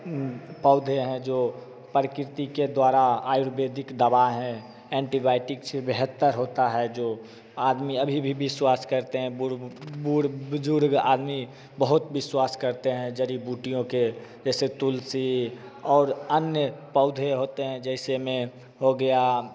पौधे हैं जो प्रकृति के द्वारा आयुर्वेदिक दवा है एंटीबायोटिक से बेहतर होता है जो आदमी अभी भी विश्वास करते हैं बुजुर्ग आदमी बहुत विश्वास करते हैं जड़ी बूटियों के जैसे तुलसी और और अन्य पौधे होते हैं जैसे में हो गया